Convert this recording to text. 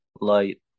light